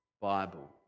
Bible